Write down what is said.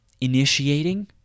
initiating